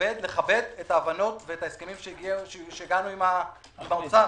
ולכבד את ההבנות ואת ההסכמים שהגענו עם האוצר.